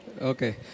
Okay